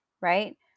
right